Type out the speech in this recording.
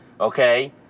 okay